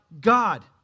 God